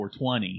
420